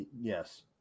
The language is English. yes